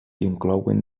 inclouen